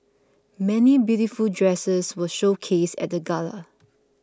many beautiful dresses were showcased at the gala